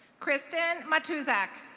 kristen mahtozak.